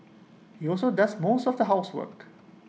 he also does most of the housework